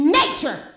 nature